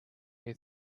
new